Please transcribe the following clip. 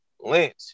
Lynch